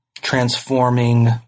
transforming